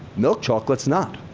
milk chocolate's not.